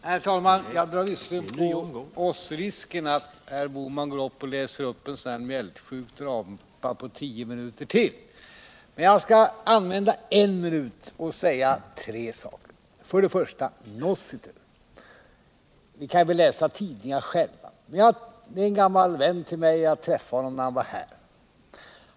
Herr talman! Jag drar visserligen på oss risken att Gösta Bohman går upp i talarstolen och läser upp en sådan här mjältsjuk drapa på tio minuter till, men jag skall använda en minut och säga tre saker. För det första: Vi kan väl läsa tidningar själva. Nossiter är en gammal vän till mig. Jag träffade honom när han var här.